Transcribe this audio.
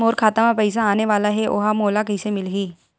मोर खाता म पईसा आने वाला हे ओहा मोला कइसे मिलही?